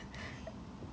ya